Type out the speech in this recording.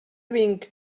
vinc